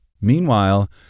Meanwhile